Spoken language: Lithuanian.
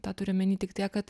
tą turiu omeny tik tiek kad